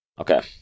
Okay